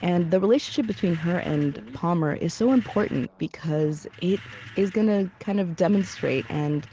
and the relationship between her and palmer is so important because it is gonna kind of demonstrate and